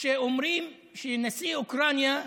שאומרים שנשיא אוקראינה,